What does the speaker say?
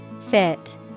Fit